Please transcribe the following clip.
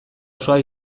osoa